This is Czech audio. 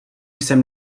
jsem